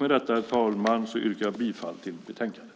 Med detta, herr talman, yrkar jag bifall till förslaget i betänkandet.